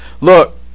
Look